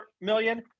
million